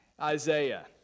Isaiah